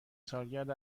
سالگرد